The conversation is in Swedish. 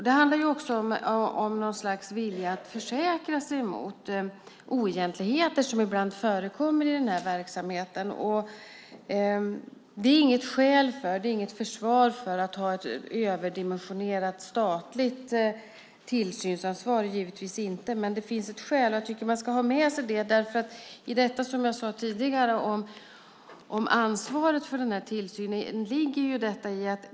Det handlar också om något slags vilja att försäkra sig mot oegentligheter som ibland förekommer i den här verksamheten. Det är givetvis inget försvar för att ha ett överdimensionerat statligt tillsynsansvar, men det finns ett skäl och jag tycker att man ska ha med sig det. Som jag sade tidigare: I ansvaret för tillsynen ligger att försöka se till att man inte ger utrymme för ekonomisk brottslighet. Ingen ska behöva dra ett kort strå alldeles i onödan.